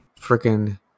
freaking